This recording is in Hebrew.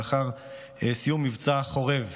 לאחר סיום מבצע חורב,